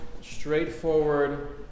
straightforward